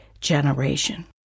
generation